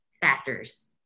factors